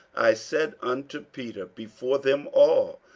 i said unto peter before them all,